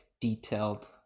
detailed